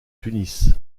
tunis